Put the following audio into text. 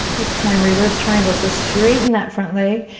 this time reverse triangle so straighten that front leg.